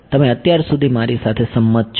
તમે અત્યાર સુધી મારી સાથે સંમત છો